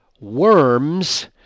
worms